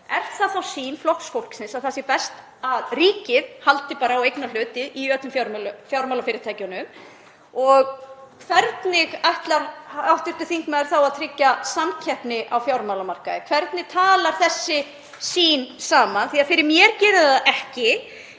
Er það þá sýn Flokks fólksins að það sé best að ríkið haldi á eignarhlutum í öllum fjármálafyrirtækjunum? Hvernig ætlar hv. þingmaður þá að tryggja samkeppni á fjármálamarkaði? Hvernig talar þetta saman? Fyrir mér gerir það það